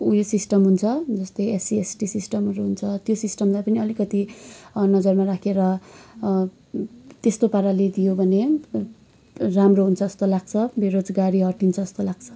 उयो सिस्टम हुन्छ जस्तै एससी एसटी सिस्टमहरू हुन्छ त्यो सिस्टमलाई पनि अलिकति नजरमा राखेर त्यस्तै पाराले दियो भने राम्रो हुन्छ जस्तो लाग्छ बेरोजगारी हटिन्छ जस्तो लाग्छ